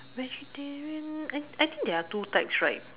vegetarian I I think there are two types right